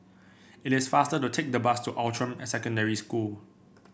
it is faster to take the bus to Outram Secondary School